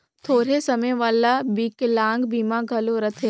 थोरहें समे वाला बिकलांग बीमा घलो रथें